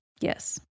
Yes